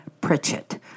Pritchett